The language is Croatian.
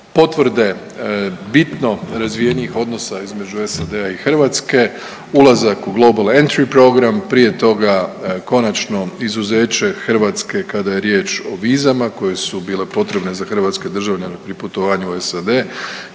potvrde bitno razvijenijih odnosa između SAD-a i Hrvatske, ulazak u Global entry program. Prije toga konačno izuzeće Hrvatske kada je riječ o vizama koje su bile potrebne za hrvatske državljane pri putovanju u SAD.